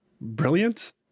Brilliant